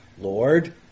Lord